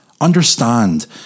Understand